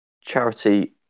charity